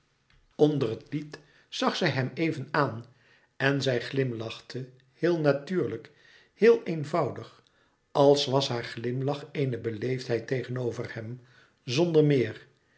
onder het lied zag zij hem even aan en zij glimlachte heel natuurlijk heel eenvoudig als was haar glimlach eene beleefdheid tegenover hem zonder meer